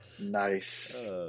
Nice